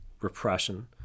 repression